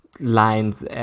Lines